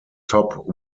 top